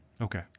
Okay